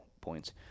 points